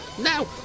Now